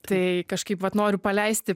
tai kažkaip vat noriu paleisti